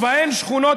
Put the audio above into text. ובהן שכונות,